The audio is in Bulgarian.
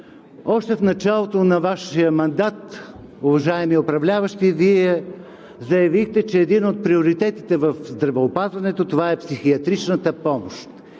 Още в началото на Вашия мандат, уважаеми управляващи, Вие заявихте, че един от приоритетите в здравеопазването е психиатричната помощ